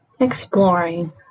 Exploring